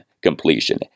completion